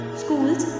schools